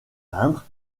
peindre